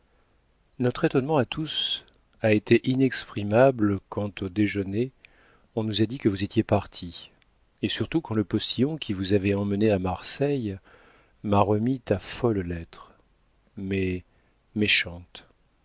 notre étonnement à tous a été inexprimable quand au déjeuner on nous a dit que vous étiez partis et surtout quand le postillon qui vous avait emmenés à marseille m'a remis ta folle lettre mais méchante